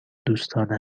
دوستانه